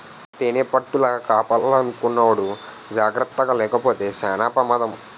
తేనిపట్టుల కాపలాకున్నోడు జాకర్తగాలేపోతే సేన పెమాదం